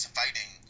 fighting